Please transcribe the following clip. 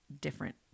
different